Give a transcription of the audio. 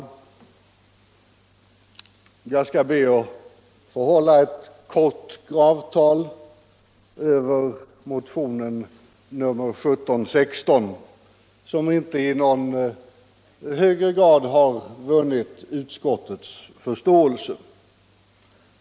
Jag skall be att få hålla ett kort gravtal över motionen 1716, som inte i någon högre grad har vunnit utskottets förståelse.